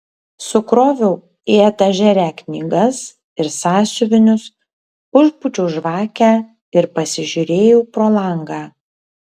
sukroviau į etažerę knygas ir sąsiuvinius užpūčiau žvakę ir pasižiūrėjau pro langą